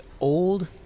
old